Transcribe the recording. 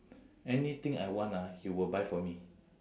anything I want ah he will buy for me